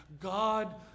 God